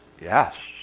Yes